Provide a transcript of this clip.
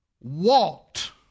walked